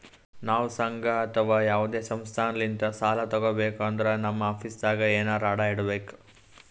ನಾವ್ ಸಂಘ ಅಥವಾ ಯಾವದೇ ಸಂಸ್ಥಾಲಿಂತ್ ಸಾಲ ತಗೋಬೇಕ್ ಅಂದ್ರ ನಮ್ ಆಸ್ತಿದಾಗ್ ಎನರೆ ಅಡ ಇಡ್ಬೇಕ್